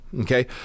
Okay